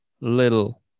little